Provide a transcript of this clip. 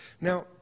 Now